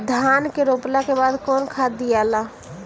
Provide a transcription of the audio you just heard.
धान रोपला के बाद कौन खाद दियाला?